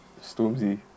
Stormzy